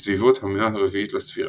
בסביבות המאה ה־4 לספירה.